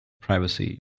privacy